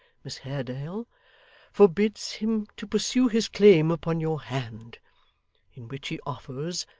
miss haredale forbids him to pursue his claim upon your hand in which he offers,